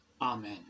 amen